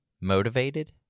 motivated